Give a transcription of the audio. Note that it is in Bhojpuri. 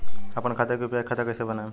आपन खाता के यू.पी.आई खाता कईसे बनाएम?